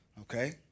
Okay